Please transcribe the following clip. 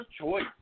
choice